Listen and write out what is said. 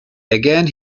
again